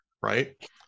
right